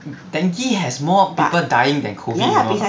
dengue has more people dying than COVID lor